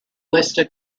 listed